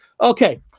Okay